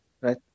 right